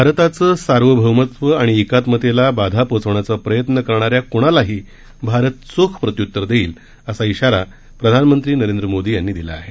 भारताचं सार्वभौमत्व आणि एकात्मतेला बाधा पोचवण्याचा प्रयत्न करणाऱ्या कुणालाही भारत चोख प्रत्युत्तर देईल असा शिवारा प्रधानमंत्री नरेंद्र मोदी यांनी दिला आहे